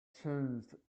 changed